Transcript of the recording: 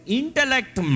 intellect